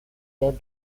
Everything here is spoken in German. der